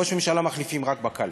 ראש ממשלה מחליפים רק בקלפי.